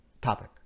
topic